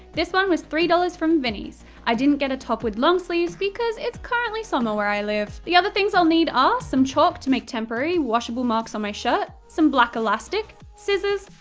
this one was three dollars from vinnies. i didn't get a top with long sleeves because it's currently summer where i live. the other things i'll need are some chalk to make temporary, washable marks on my shirt, some black elastic, scissors,